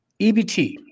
EBT